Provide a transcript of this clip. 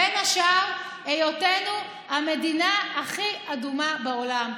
בין השאר היותנו המדינה הכי אדומה בעולם.